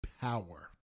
power